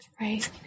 Right